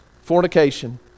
Fornication